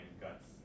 guts